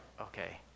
okay